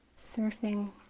surfing